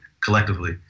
Collectively